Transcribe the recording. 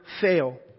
fail